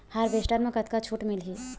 Harvester म कतका छूट मिलही?